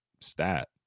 stat